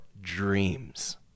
dreams